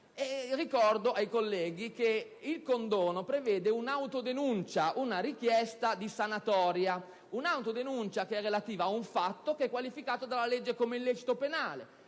Ricordo ai colleghi che il condono prevede un'autodenuncia, una richiesta di sanatoria; un'autodenuncia relativa a un fatto che è qualificato dalla legge come illecito penale